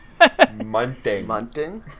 Munting